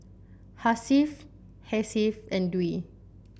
Hasif Hasif and Dwi